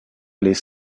les